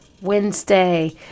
Wednesday